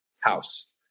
house